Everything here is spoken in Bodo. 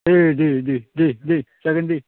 दे दे दे दे जागोन दे